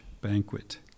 banquet